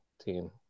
team